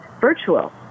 virtual